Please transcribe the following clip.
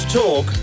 talk